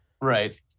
Right